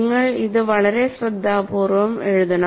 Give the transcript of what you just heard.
നിങ്ങൾ ഇത് വളരെ ശ്രദ്ധാപൂർവ്വം എഴുതണം